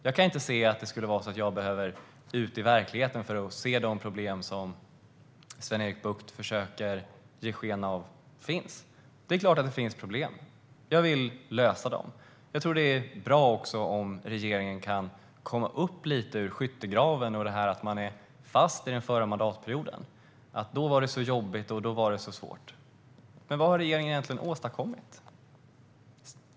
Jag kan inte se att jag behöver ge mig ut i verkligheten för att se de problem som Sven-Erik Bucht försöker ge ske av finns. Det är klart att det finns problem, och jag vill lösa dem. Det är nog bra om regeringen kan komma upp lite grann ur skyttegraven. Man är fast i den förra mandatperioden. Då var det så jobbigt och svårt. Men vad har regeringen egentligen åstadkommit?